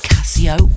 Casio